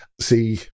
see